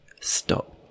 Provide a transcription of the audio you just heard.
Stop